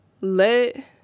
Let